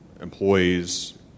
employees